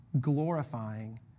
glorifying